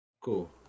Cool